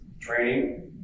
training